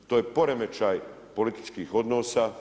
To je poremećaj političkih odnosa.